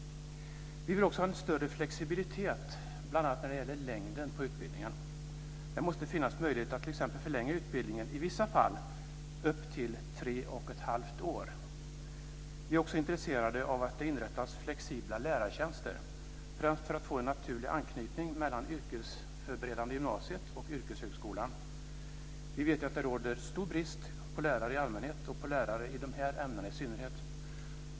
Vi vill också ha en större flexibilitet bl.a. när det gäller längden på utbildningen. Det måste finnas möjlighet att t.ex. förlänga utbildningen i vissa fall upp till tre och ett halvt år. Vi är också intresserade av att det inrättas flexibla lärartjänster, främst för att få en naturlig anknytning mellan det yrkesförberedande gymnasiet och yrkeshögskolan. Vi vet ju att det råder en stor brist på lärare i allmänhet och på lärare i de här ämnena i synnerhet.